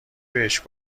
بهش